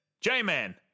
J-Man